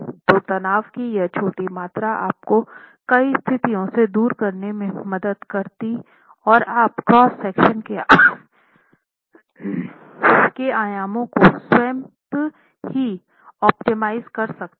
तो तनाव की यह छोटी मात्रा आपको कई स्थितियों से दूर करने में मदद करती और आप क्रॉस सेक्शन के आयाम को स्वयं ही ऑप्टिमाइज़ कर सकते हैं